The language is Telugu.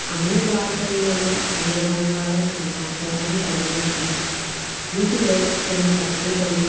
అన్ని భాషల్లోనూ అన్ని రంగాల సమాచారం కలిగినవి వీటిలో కొన్ని పత్రికలు